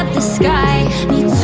um the sky